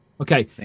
Okay